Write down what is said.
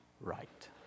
right